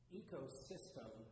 ecosystem